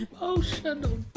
emotional